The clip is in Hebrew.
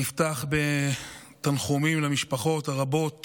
נפתח בתנחומים למשפחות הרבות